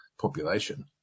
population